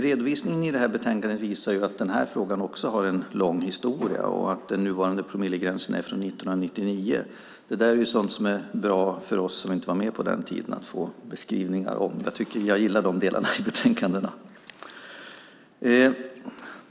Redovisningen i detta betänkande visar att frågan har en lång historia och att den nuvarande promillegränsen är från 1999. Det är sådant som är bra för oss som inte var med på den tiden att få beskrivningar av. Jag gillar de delarna i betänkandena.